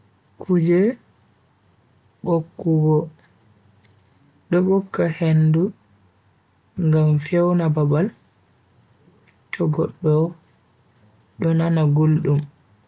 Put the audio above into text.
Kuje bokkugho do bokka hendu ngm fewna babal.